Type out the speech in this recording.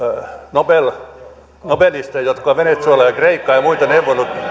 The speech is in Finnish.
näitä nobelisteja jotka ovat venezuelaa ja kreikkaa ja muita